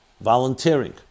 volunteering